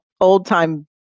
old-time